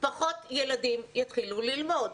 פחות ילדים יתחילו ללמוד.